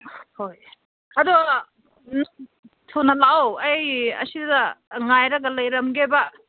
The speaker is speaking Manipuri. ꯍꯣꯏ ꯑꯗꯣ ꯎꯝ ꯊꯨꯅ ꯂꯥꯛꯑꯣ ꯑꯩ ꯑꯁꯤꯗ ꯉꯥꯏꯔꯒ ꯂꯩꯔꯝꯒꯦꯕ